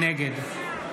נגד